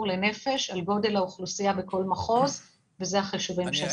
לנפש על גודל האוכלוסייה בכל מחוז וזה החישובים שעשינו.